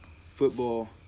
football